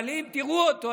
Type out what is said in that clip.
אבל אם תראו אותו,